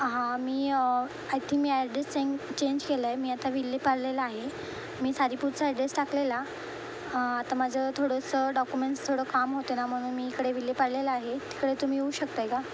हां मी I think मी ॲड्रेस सेंड चेंज केलं आहे मी आता विलेपार्लेला आहे मी सारीपूरचा ॲड्रेस टाकलेला आता माझं थोडं असं डॉक्युमेंट्स थोडं काम होतं ना म्हणून मी इकडे विलेपार्लेला आहे तिकडे तुम्ही येऊ शकत आहे का